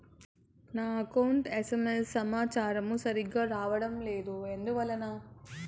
నాకు నా account SMS సమాచారము సరిగ్గా రావడం లేదు ఎందువల్ల?